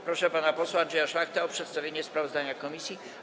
Proszę pana posła Andrzeja Szlachtę o przedstawienie sprawozdania komisji.